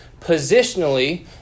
Positionally